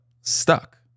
stuck